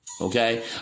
Okay